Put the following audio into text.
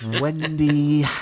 wendy